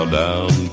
down